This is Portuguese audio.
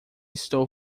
estou